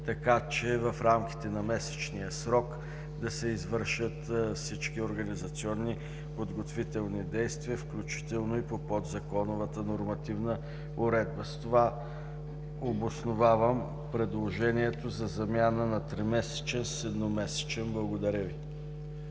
така че в рамките на месечния срок да се извършат всички организационни, подготвителни действия, включително и по подзаконовата нормативна уредба. С това обосновавам предложението за замяна на „тримесечен“ с „едномесечен“. Благодаря Ви.